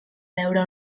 beure